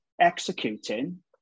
executing